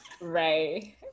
Right